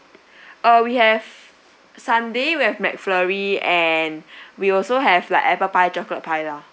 uh we have sundae we have Mcflurry and we also have like apple pie chocolate pie lah